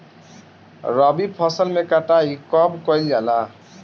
रबी फसल मे कटाई कब कइल जाला?